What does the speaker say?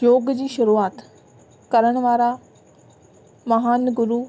योग जी शुरूआत करण वारा महान गुरू